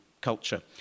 culture